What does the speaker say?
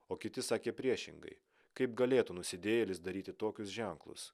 o kiti sakė priešingai kaip galėtų nusidėjėlis daryti tokius ženklus